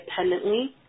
independently